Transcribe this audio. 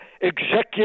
Executive